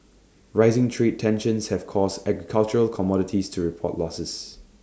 rising trade tensions have caused agricultural commodities to report losses